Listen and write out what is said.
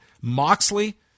Moxley